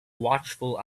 watchful